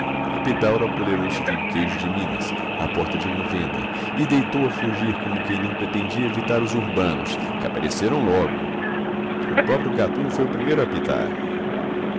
recurso epidauro apoderou-se de um queijo de minas à porta de uma venda e deitou a fugir como quem não pretendia evitar os urbanos que apareceram logo o próprio gatuno foi o primeiro a apitar